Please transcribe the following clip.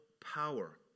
power